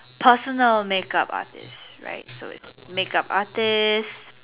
personal makeup artist right so it's makeup artist